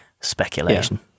speculation